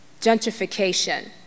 gentrification